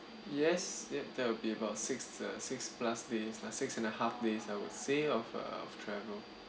yes yes that will be about six uh six plus days or six and a half days I would say of uh of travel